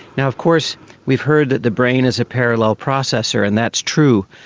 and of course we've heard that the brain is a parallel processor and that's true,